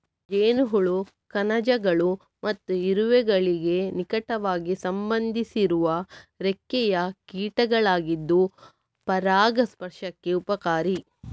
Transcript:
ಜೇನುಹುಳ ಕಣಜಗಳು ಮತ್ತು ಇರುವೆಗಳಿಗೆ ನಿಕಟವಾಗಿ ಸಂಬಂಧಿಸಿರುವ ರೆಕ್ಕೆಯ ಕೀಟಗಳಾಗಿದ್ದು ಪರಾಗಸ್ಪರ್ಶಕ್ಕೆ ಉಪಕಾರಿ